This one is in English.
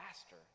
faster